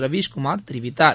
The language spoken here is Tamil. ரவிஷ் குமார் தெரிவித்தார்